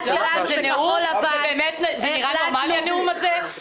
שלנו בכחול לבן החלטנו- -- זה נראה נורמלי הנאום הזה?